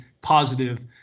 positive